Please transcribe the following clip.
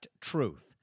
Truth